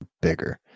bigger